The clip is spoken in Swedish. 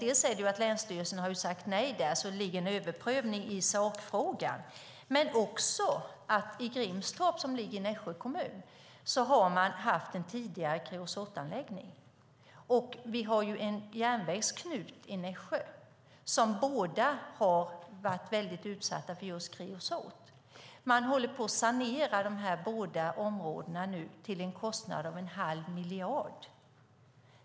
Det beror på att länsstyrelsen har sagt nej, så det ligger en överprövning i sakfrågan. Det beror också på att man i Grimstorp, som ligger i Nässjö kommun, har haft en tidigare kreosotanläggning. Vi har även en järnvägsknut i Nässjö, och båda dessa har varit väldigt utsatta för kreosot. Man håller nu på att sanera dessa båda områden till en kostnad av en halv miljard.